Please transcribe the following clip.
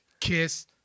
kiss